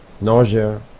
nausea